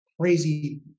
crazy